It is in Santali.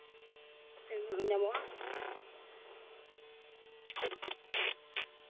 ᱦᱮᱸ ᱦᱮᱸ ᱧᱟᱢᱚᱜᱼᱟ